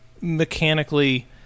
mechanically